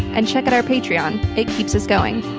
and check out our patreon it keeps us going.